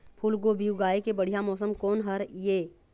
फूलगोभी उगाए के बढ़िया मौसम कोन हर ये?